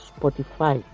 Spotify